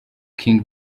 king